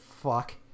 fuck